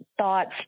thoughts